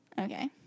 Okay